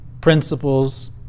principles